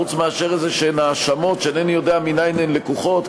חוץ מאשר האשמות כלשהן שאינני יודע מנין הן לקוחות,